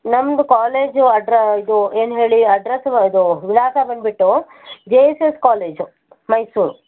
ನಮ್ಮದು ಕಾಲೇಜು ಅಡ್ರ ಇದು ಏನು ಹೇಳಿ ಅಡ್ರಸ್ ವ ಇದು ವಿಳಾಸ ಬಂದ್ಬಿಟ್ಟು J S S college Mysuru